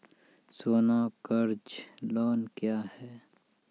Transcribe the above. सोना कर्ज लोन क्या हैं?